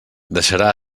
deixarà